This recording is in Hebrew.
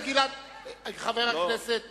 חבר הכנסת